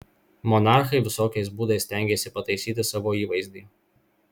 monarchai visokiais būdais stengėsi pataisyti savo įvaizdį